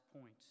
point